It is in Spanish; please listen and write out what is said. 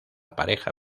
pareja